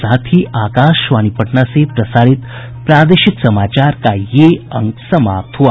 इसके साथ ही आकाशवाणी पटना से प्रसारित प्रादेशिक समाचार का ये अंक समाप्त हुआ